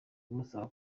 imusaba